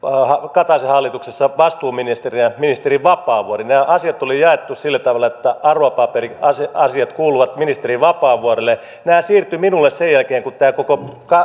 kataisen hallituksessa vastuuministerinä oli ministeri vapaavuori nämä asiat oli jaettu sillä tavalla että arvopaperiasiat kuuluivat ministeri vapaavuorelle nämä siirtyivät minulle sen jälkeen kun tämä koko